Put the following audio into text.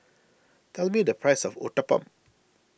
tell me the price of Uthapam